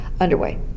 underway